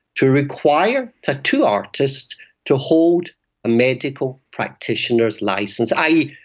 to require tattoo artists to hold a medical practitioner's licence, i. e.